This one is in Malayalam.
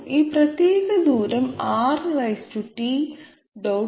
ഈ പ്രത്യേക ദൂരം Rt